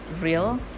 real